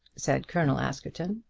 said colonel askerton.